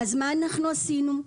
אז מה עשינו בזה?